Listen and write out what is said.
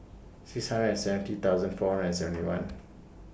six hundred and seventy thousand four hundred and seventy one